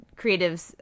creatives